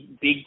big